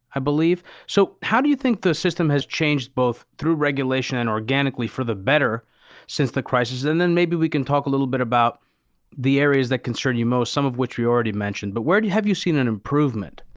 i believe. so, how do you think the system has changed both through regulation and organically for the better since the crisis. and then, maybe we can talk a little bit about the areas that concern you most. some of which we already mentioned. but where have you seen an improvement?